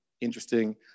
interesting